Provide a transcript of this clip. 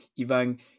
Ivan